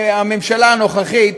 הממשלה הנוכחית,